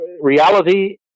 reality